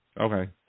Okay